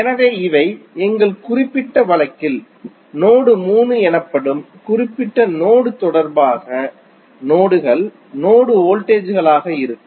எனவே இவை எங்கள் குறிப்பிட்ட வழக்கில் நோடு 3 எனப்படும் குறிப்பு நோடு தொடர்பாக நோடுகள் நோடு வோல்டேஜ் களாக இருக்கும்